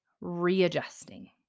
readjusting